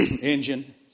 engine